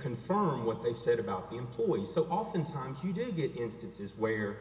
confirm what they said about the employees so oftentimes you do get instances where